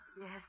Yes